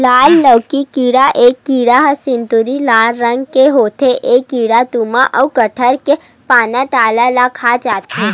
लाल लौकी कीरा ए कीरा ह सिंदूरी लाल रंग के होथे ए कीरा तुमा अउ कोड़हा के पाना डारा ल खा जथे